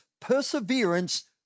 perseverance